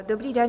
Dobrý den.